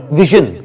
vision